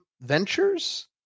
Ventures